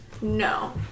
No